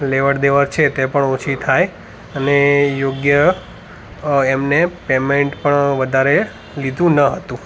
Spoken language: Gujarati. લેવડ દેવડ છે તે પણ ઓછી થાય અને યોગ્ય એમણે પેમૅન્ટ પણ વધારે લીધું ન હતું